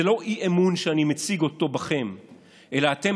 זה לא אי-אמון בכם שאני מציג אלא אתם